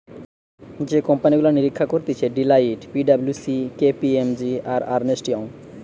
যে কোম্পানি গুলা নিরীক্ষা করতিছে Deloitte, P W C, K P M G, আর আর্নেস্ট ইয়ং